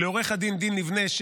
לעו"ד דין לבנה,